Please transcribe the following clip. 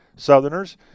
southerners